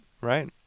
Right